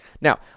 Now